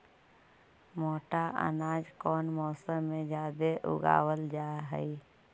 मोटा अनाज कौन मौसम में जादे उगावल जा हई?